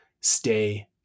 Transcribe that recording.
Stay